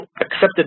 accepted